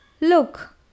Look